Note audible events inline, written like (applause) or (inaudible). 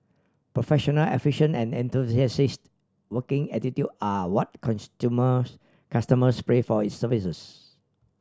professional efficient and enthusiastic working attitude are what (unintelligible) customers pray for its services